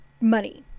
money